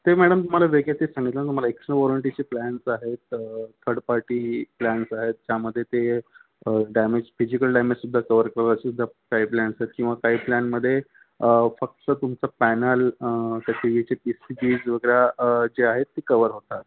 ते मॅडम तुम्हाला वेगळं तेच सांगितलं ना तुम्हाला एक्स्ट्रा वॉरंटीचे प्लान्स आहेत थर्ड पार्टी प्लान्स आहेत त्यामध्ये ते डॅमेज फिजिकल डॅमेज सुद्धा कवर करू शकतो असे सुद्धा काही प्लान्स आहेत किंवा काही प्लानमध्ये फक्त तुमचं पॅनल त्या टी वीचे पीसीबीज वगैरे जे आहेत ते कवर होतात